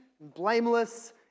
blameless